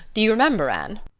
do you remember, anne?